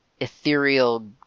ethereal